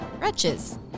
Wretches